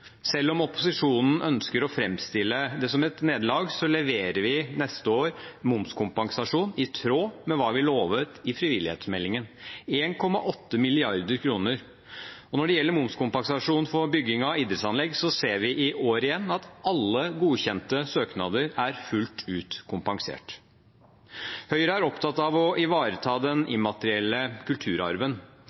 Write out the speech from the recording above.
Selv om opposisjonen ønsker å framstille det som et nederlag, leverer vi neste år momskompensasjon i tråd med hva vi lovet i frivillighetsmeldingen, 1,8 mrd. kr. Og når det gjelder momskompensasjon for bygging av idrettsanlegg, ser vi i år igjen at alle godkjente søknader er fullt ut kompensert. Høyre er opptatt av å ivareta den immaterielle kulturarven.